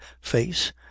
face